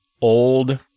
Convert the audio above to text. old